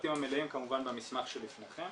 הפרטים המלאים, כמובן, במסמך שלפניכם.